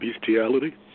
Bestiality